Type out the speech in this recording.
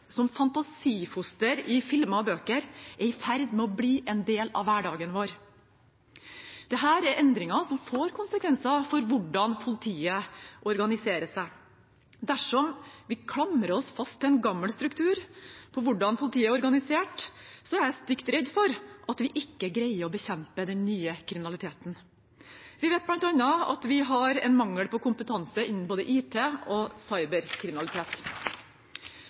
som fantasifoster i filmer og bøker, er i ferd med å bli en del av hverdagen vår? Dette er endringer som får konsekvenser for hvordan politiet organiserer seg. Dersom vi klamrer oss fast til en gammel struktur for hvordan politiet er organisert, er jeg stygt redd for at vi ikke greier å bekjempe den nye kriminaliteten. Vi vet bl.a. at det er mangel på kompetanse innenfor både IT- og cyberkriminalitet.